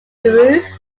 roof